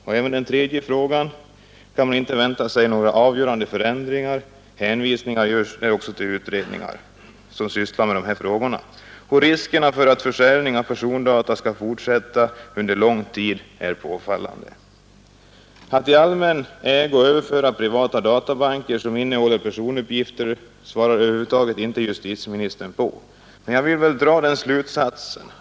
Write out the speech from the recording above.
Även på den tredje frågan är svaret att man inte väntar sig några avgörande förändringar. Hänvisningar görs också där till utredningar som sysslar med dessa frågor. Riskerna för att försäljning av persondata kan fortsätta under lång tid är påfallande. Justitieministern svarade över huvud taget inte på frågan om att i allmän ägo överföra privata databanker som innehåller personuppgifter.